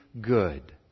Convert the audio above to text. good